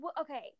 okay